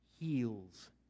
heals